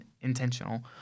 intentional